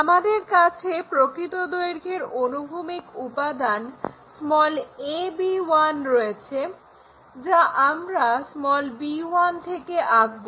আমাদের কাছে প্রকৃত দৈর্ঘ্যের অনুভূমিক উপাদান ab1 রয়েছে যা আমরা b1 থেকে আঁকবো